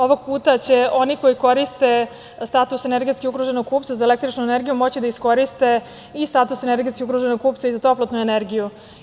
Ovog puta će oni koji koriste status energetski ugroženog kupca za električnu energiju moći da koriste i status energetski ugroženog kupca i za toplotnu energiju.